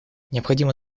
необходимо